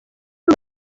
ubu